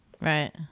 Right